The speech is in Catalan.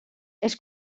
els